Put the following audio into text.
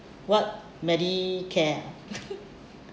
what Medicare ah